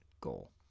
goal